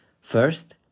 First